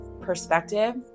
perspective